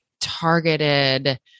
targeted